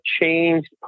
changed